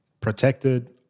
protected